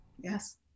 Yes